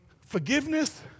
Forgiveness